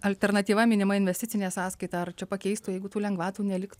alternatyva minima investicinė sąskaita ar čia pakeistų jeigu tų lengvatų neliktų